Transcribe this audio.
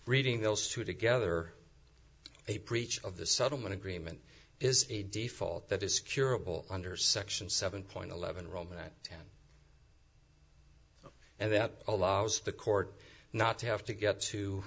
reading those two together a breach of the settlement agreement is a default that is curable under section seven point eleven rome that ten and that allows the court not to have to get to